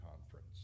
Conference